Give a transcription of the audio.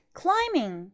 climbing